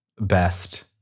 Best